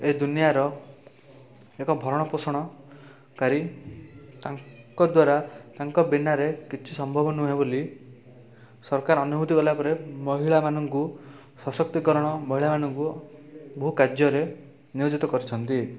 ଏ ଦୁନିଆର ଏକ ଭରଣପୋଷଣ କାରି ତାଙ୍କ ଦ୍ୱାରା ତାଙ୍କ ବିନାରେ କିଛି ସମ୍ଭବ ନୁହେଁ ବୋଲି ସରକାର ଅନୁଭୂତି କଲାପରେ ମହିଳାମାନଙ୍କୁ ସଶକ୍ତିକରଣ ମହିଳାମାନଙ୍କୁ ବହୁ କାର୍ଯ୍ୟରେ ନିୟୋଜିତ କରିଛନ୍ତି